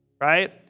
Right